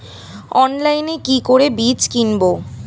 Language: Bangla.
অনলাইনে কি করে বীজ কিনব?